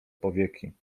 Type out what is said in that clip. powieki